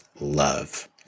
love